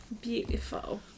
Beautiful